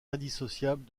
indissociable